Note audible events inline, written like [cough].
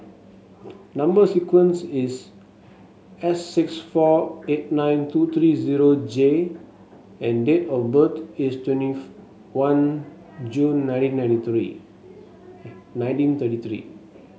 number sequence is S six four eight nine two three zero J and date of birth is twenty [unintelligible] one June nineteen ninety three nineteen thirty three